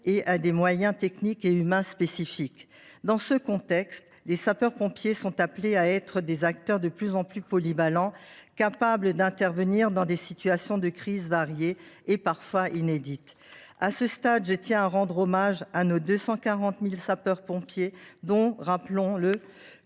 et des moyens techniques et humains spécifiques. Dans ce contexte, les sapeurs pompiers sont appelés à être des acteurs de plus en plus polyvalents, capables d’intervenir dans des situations de crise variées et parfois inédites. À ce stade, je tiens à rendre hommage à nos 240 000 sapeurs pompiers, dont 80 % sont des